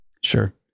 Sure